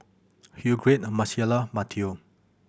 Hildegarde Marcella Matteo